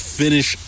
finish